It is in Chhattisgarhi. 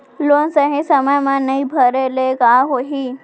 लोन सही समय मा नई भरे ले का होही?